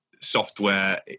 software